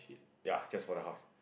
ya just for the house